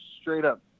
straight-up